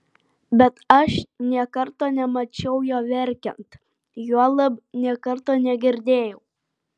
bet aš nė karto nemačiau jo verkiant juolab nė karto negirdėjau